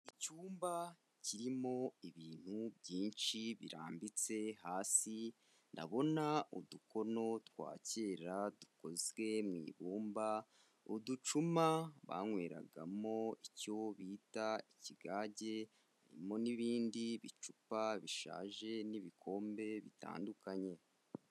Icyumba kirimo ibintu byinshi birambitse hasi, ndabona udukono twa kera dukozwe mu ibumba, uducuma banyweragamo icyo bita ikigage, harimo n'ibindi bicupa bishaje n'ibikombe bitandukanye.